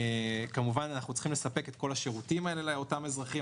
כמובן שאנחנו צריכים לספק את כל השירותים האלה לאותם אזרחים.